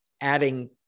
adding